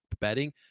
betting